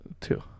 Two